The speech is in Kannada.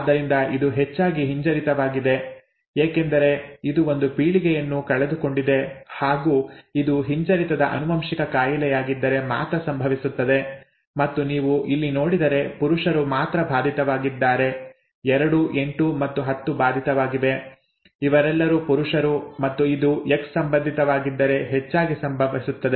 ಆದ್ದರಿಂದ ಇದು ಹೆಚ್ಚಾಗಿ ಹಿಂಜರಿತವಾಗಿದೆ ಏಕೆಂದರೆ ಇದು ಒಂದು ಪೀಳಿಗೆಯನ್ನು ಕಳೆದುಕೊಂಡಿದೆ ಹಾಗು ಇದು ಹಿಂಜರಿತದ ಆನುವಂಶಿಕ ಕಾಯಿಲೆಯಾಗಿದ್ದರೆ ಮಾತ್ರ ಸಂಭವಿಸುತ್ತದೆ ಮತ್ತು ನೀವು ಇಲ್ಲಿ ನೋಡಿದರೆ ಪುರುಷರು ಮಾತ್ರ ಬಾಧಿತವಾಗಿದ್ದಾರೆ 2 8 ಮತ್ತು 10 ಬಾಧಿತವಾಗಿವೆ ಇವರೆಲ್ಲರೂ ಪುರುಷರು ಮತ್ತು ಇದು ಎಕ್ಸ್ ಸಂಬಂಧಿತವಾಗಿದ್ದರೆ ಹೆಚ್ಚಾಗಿ ಸಂಭವಿಸುತ್ತದೆ